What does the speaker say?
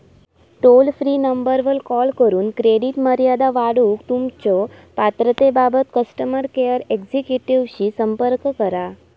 toll free नंबरवर call करून credit मर्यादा वाढवूक तुमच्यो पात्रतेबाबत कस्टमर केअर एक्झिक्युटिव्हशी संपर्क करा